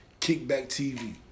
KickbackTV